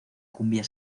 cumbia